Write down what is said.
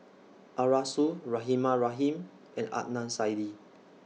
Arasu Rahimah Rahim and Adnan Saidi